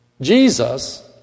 Jesus